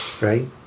Right